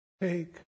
Take